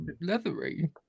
leathery